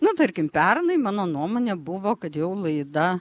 nu tarkim pernai mano nuomonė buvo kad jau laida